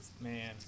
man